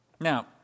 Now